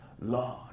Lord